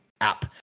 app